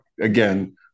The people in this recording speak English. again